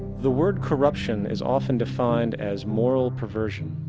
the word corruption is often defined as moral perversion.